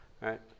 right